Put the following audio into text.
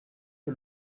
que